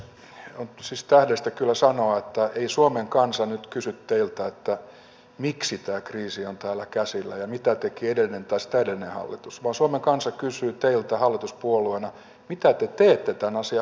on siis tähdellistä kyllä sanoa että ei suomen kansa nyt kysy teiltä miksi tämä kriisi on täällä käsillä ja mitä teki edellinen tai sitä edellinen hallitus vaan suomen kansa kysyy teiltä hallituspuolueina mitä te teette tämän asian hoitamiseksi